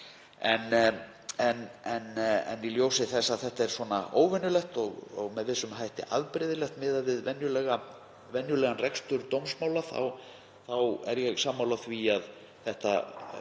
En í ljósi þess að þetta er óvenjulegt og með vissum hætti afbrigðilegt miðað við venjulegan rekstur dómsmála þá er ég sammála því að